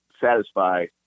satisfy